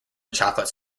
chocolate